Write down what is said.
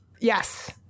Yes